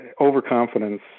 overconfidence